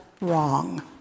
wrong